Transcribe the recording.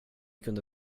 kunde